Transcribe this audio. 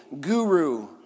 guru